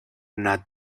not